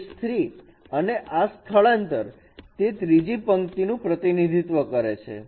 h3 અને આ સ્થાનાંતર એ ત્રીજી પંક્તિ નું પ્રતિનિધિત્વ કરે છે